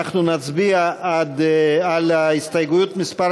אנחנו נצביע על הסתייגות מס'